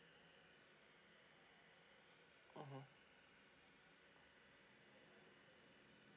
mmhmm